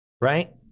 right